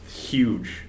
huge